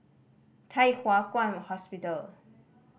Thye Hua Kwan Hospital